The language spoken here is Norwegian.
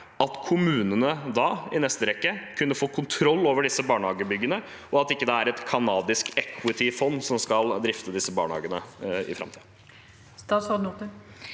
at kommunene i neste rekke kunne få kontroll over disse barnehagebyggene, og at det ikke er et kanadisk «equity fund» som skal drifte disse barnehagene i framtiden? Statsråd Kari